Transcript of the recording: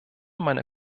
meine